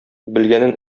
белгәнен